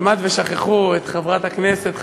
וכמעט ששכחו את חברת הכנסת,